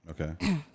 Okay